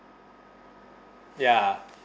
ya